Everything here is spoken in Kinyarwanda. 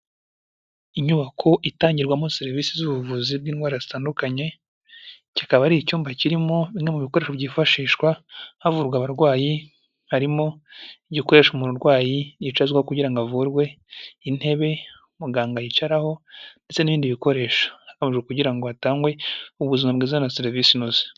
Inyubako itangirwamo serivisi z'ubuvuzi bw'indwara zitandukanye, kikaba ari icyumba kirimo bimwe mu bikoresho byifashishwa havurwa abarwayi, harimo igikoresho umurwayi yicazwamo kugira ngo avurwe, intebe muganga yicaraho, ndetse n'ibindi bikoresho, kugira ngo hatangwe ubuzima bwiza na serivisi inoze.